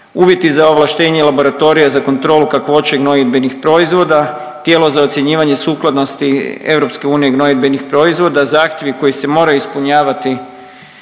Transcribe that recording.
Uvjeti za ovlaštenje laboratorija za kontrolu kakvoće gnojidbenih proizvoda, tijelo za ocjenjivanje sukladnosti Europske unije gnojidbenih proizvoda, zahtjevi koji se moraju ispunjavati